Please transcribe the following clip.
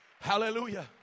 Hallelujah